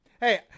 Hey